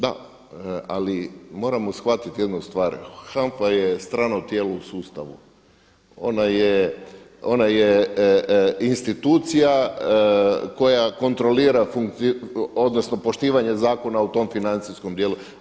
Da, ali moramo shvatiti jednu stvar HANFA je jedno strano tijelo u sustavu, ona je institucija koja kontrolira odnosno poštivanje zakona u tom financijskom dijelu.